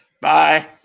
Bye